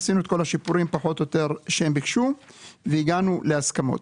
עשינו את כל השיפורים פחות או יותר שהם ביקשו והגענו להסכמות.